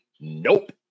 nope